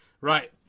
Right